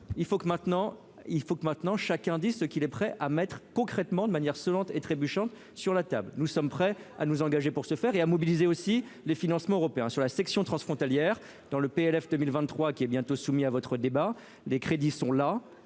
il faut que maintenant chacun dit ce qu'il est prêt à mettre concrètement de manière sonnante et trébuchante, sur la table, nous sommes prêts à nous engager pour se faire et à mobiliser aussi les financements européens sur la section transfrontalière dans le PLF 2023 qui est bientôt soumis à votre débat, des crédits sont là